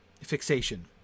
fixation